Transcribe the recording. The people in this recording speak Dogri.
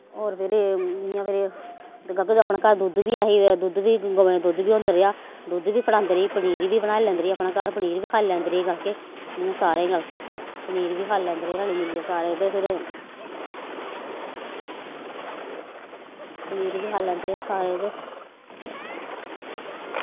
होर फिरी इ'यां फिरी बल्कि अपने घर दुद्ध बी है ही ते दुद्ध बी ग'वें दा दुद्ध बी होंदा रेहा दुद्ध बी फटांदी रेही पनीर बी बनाई लैंदी रेही अपने घर पनीर बी खाई लैंदी रेही बल्कि इ'यां सारें गी बल्कि पनीर बी खाई लैंदे रेह् रली मिलियै सारे ते फिर पनीर बी खाई लैंदे रेह् सारे ते